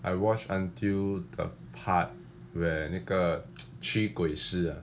I watched until the part where 那个 驱鬼师啊